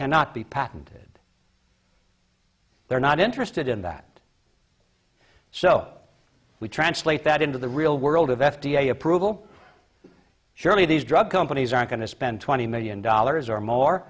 cannot be patented they're not interested in that so we translate that into the real world of f d a approval surely these drug companies are going to spend twenty million dollars or more